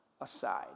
aside